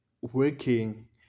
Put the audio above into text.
working